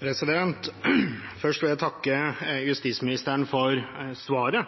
agenda. Først vil jeg takke justisministeren for svaret.